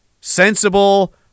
sensible